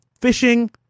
fishing